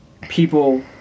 people